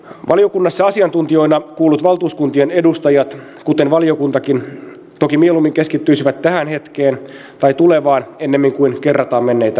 valiokunnassa asiantuntijoina kuullut valtuuskuntien edustajat kuten valiokuntakin toki mieluummin keskittyisivät tähän hetkeen tai tulevaan ennemmin kuin kerrataan menneitä tapahtumia